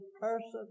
person